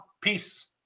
Peace